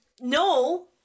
No